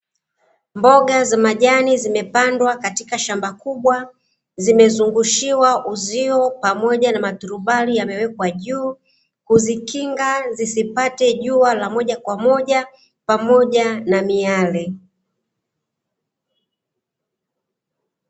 Mboga za majani zimepandwa katika shamba kubwa, zimezungushiwa uzio pamoja na maturubali yamewekwa juu, kuzikinga zisipate jua la moja kwa moja, pamoja na miale.